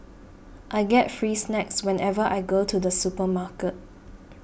I get free snacks whenever I go to the supermarket